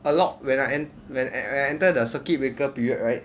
a lot when I en~ when I when I enter the circuit breaker period right